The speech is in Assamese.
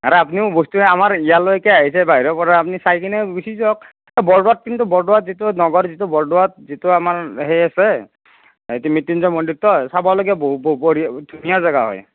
আৰু আপুনিও বস্তু আমাৰ ইয়ালৈকে আহিছে বাহিৰৰ পৰা আপুনি চাই কিনে গুছি যাওক বৰদোৱাত কিন্তু বৰদোৱাত যিটো নগাঁৱৰ যিটো বৰদোৱাত যিটো আমাৰ সেই আছে মৃত্যুঞ্জয় মন্দিৰটো চাবলগীয়া বঢ়ি ধুনীয়া জাগা হয়